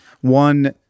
one